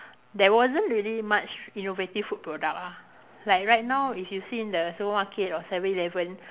there wasn't really much innovative food product ah like right now if you see in the supermarket or seven eleven